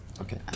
Okay